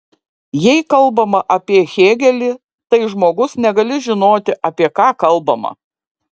jei kalbama apie hėgelį tai žmogus negali žinoti apie ką kalbama